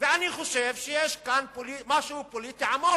ואני חושב שיש כאן משהו פוליטי עמוק,